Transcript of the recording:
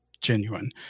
genuine